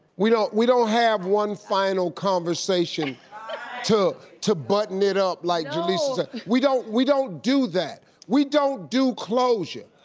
we don't we don't have one final conversation to to button it up, like jalisa said, we don't we don't do that. we don't do closure.